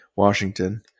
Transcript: Washington